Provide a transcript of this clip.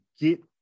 get